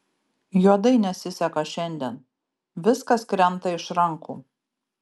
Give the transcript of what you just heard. juodai nesiseka šiandien viskas krenta iš rankų